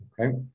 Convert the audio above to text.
okay